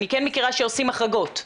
אני כן מכירה שעושים החרגות.